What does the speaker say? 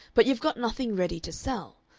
but you've got nothing ready to sell.